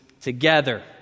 together